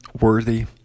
worthy